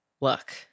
look